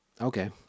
Okay